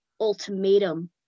ultimatum